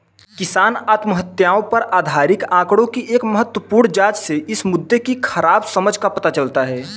किसान आत्महत्याओं पर आधिकारिक आंकड़ों की एक महत्वपूर्ण जांच से इस मुद्दे की खराब समझ का पता चलता है